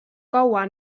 kaua